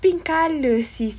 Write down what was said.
pink colour sis